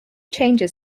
changes